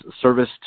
service